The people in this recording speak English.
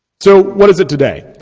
so what is it today?